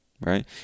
right